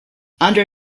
under